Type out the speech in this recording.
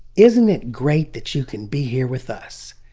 isn't it great that you can be here with us,